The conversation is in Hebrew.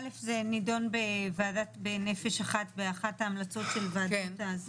אלף זה נידון בוועדת נפש אחת ואחת ההמלצות של הועדה,